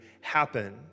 happen